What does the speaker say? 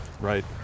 Right